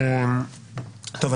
טוב,